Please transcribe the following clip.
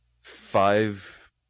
five